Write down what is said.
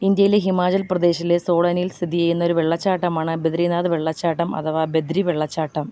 ഇന്ത്യയിലെ ഹിമാചൽ പ്രദേശിലെ സോളനിൽ സ്ഥിതി ചെയ്യുന്ന ഒരു വെള്ളച്ചാട്ടമാണ് ബദരിനാഥ് വെള്ളച്ചാട്ടം അഥവാ ബദരി വെള്ളച്ചാട്ടം